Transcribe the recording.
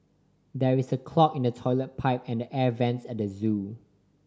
there is a clog in the toilet pipe and the air vents at the zoo